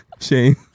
Shame